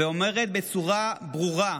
ואומרת בצורה ברורה: